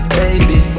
baby